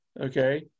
Okay